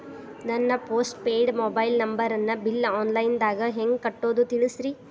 ನನ್ನ postpaid mobile ನಂಬರನ್ನು bill online ದಾಗ ಹೆಂಗ್ ಕಟ್ಟೋದು ತಿಳಿಸ್ರಿ